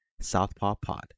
southpawpod